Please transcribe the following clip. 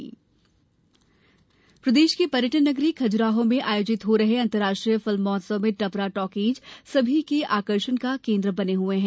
film महोत्सव प्रदेश की पर्यटन नगरी खजुराहो में आयोजित हो रहे अंतर्राष्ट्रीय फिल्म महोत्सव में टपरा टॉकीज सभी के आकर्षण का केंद्र बने हुए हैं